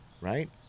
Right